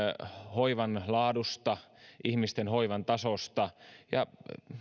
hoivan laadusta ihmisten hoivan tasosta ja